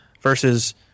versus